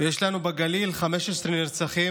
יש לנו בגליל 15 נרצחים,